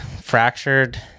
fractured